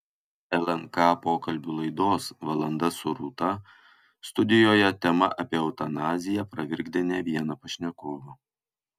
lnk pokalbių laidos valanda su rūta studijoje tema apie eutanaziją pravirkdė ne vieną pašnekovą